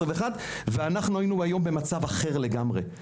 ואנחנו היינו היום במצב אחר לגמרי.